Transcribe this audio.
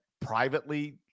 privately